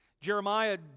Jeremiah